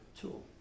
tool